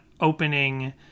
opening